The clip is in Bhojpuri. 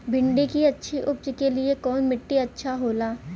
भिंडी की अच्छी उपज के लिए कवन मिट्टी अच्छा होला?